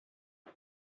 dia